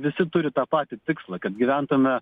visi turi tą patį tikslą kad gyventume